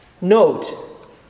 Note